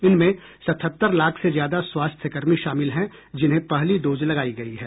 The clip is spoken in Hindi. इनमें सतहत्तर लाख से ज्यादा स्वास्थ्यकर्मी शामिल हैं जिन्हें पहली डोज लगायी गयी है